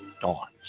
dawns